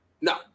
No